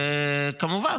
כמובן,